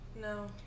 No